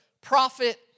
prophet